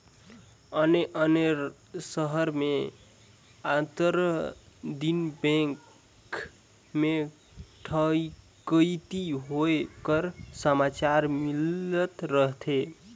अन्ते अन्ते सहर में आंतर दिन बेंक में ठकइती होए कर समाचार मिलत रहथे